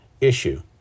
issue